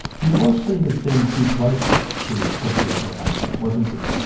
he was seen as being too close though to president mubarak wasn't he?